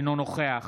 אינו נוכח